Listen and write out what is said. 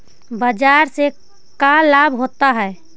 बाजार से का लाभ होता है?